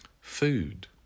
Food